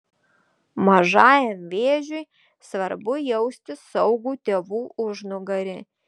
mažajam vėžiui svarbu jausti saugų tėvų užnugarį